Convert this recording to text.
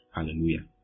Hallelujah